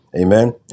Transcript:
Amen